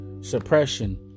suppression